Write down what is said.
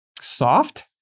soft